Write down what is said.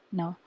no